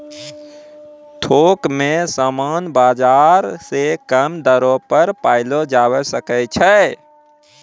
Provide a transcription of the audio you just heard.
थोक मे समान बाजार से कम दरो पर पयलो जावै सकै छै